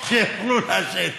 שיוכלו לעשן.